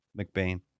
McBain